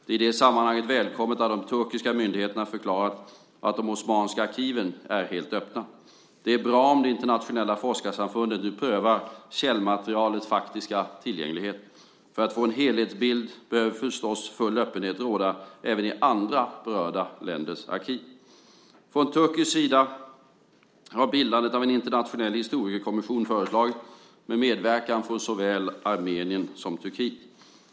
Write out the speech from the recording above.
Det är i det sammanhanget välkommet att de turkiska myndigheterna förklarat att de osmanska arkiven är helt öppna. Det är bra om det internationella forskarsamfundet nu prövar källmaterialets faktiska tillgänglighet. För att få en helhetsbild behöver förstås full öppenhet råda även i andra berörda länders arkiv. Från turkisk sida har bildandet av en internationell historikerkommission föreslagits, med medverkan från såväl Armenien som Turkiet.